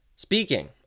Speaking